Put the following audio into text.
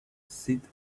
sit